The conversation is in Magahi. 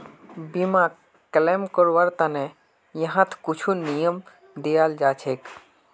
बीमाक क्लेम करवार त न यहात कुछु नियम दियाल जा छेक